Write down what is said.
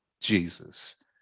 Jesus